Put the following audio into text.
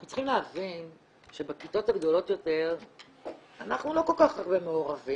אנחנו צריכים להבין שבכיתות הגדולות יותר אנחנו לא כל כך הרבה מעורבים,